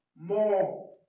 more